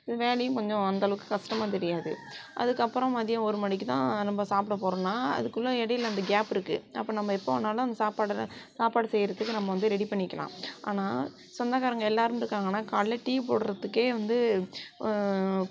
வேலையும் கொஞ்சம் அந்த அளவுக்கு கஷ்டமாக தெரியாது அதுக்கு அப்புறம் மதியம் ஒரு மணிக்கு தான் நம்ப சாப்பிட போறோனா அதுக்குள்ளே இடையில் அந்த கேப் இருக்குது அப்போது நம்ப எப்போ வேணாலும் அந்த சாப்பாடை சாப்பாடு செய்யறத்துக்கு நம்ம வந்து ரெடி பண்ணிக்கலாம் ஆனால் சொந்தக்காரங்க எல்லாரும் இருக்காங்கனால் காலில் டீ போடறத்துக்கே வந்து